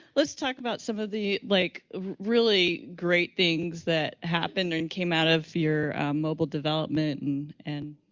let's talk about some of the like a really great things that happened and came out of your mobile development. and and,